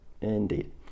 Indeed